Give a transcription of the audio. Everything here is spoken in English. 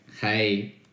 hey